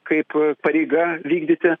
kaip pareiga vykdyti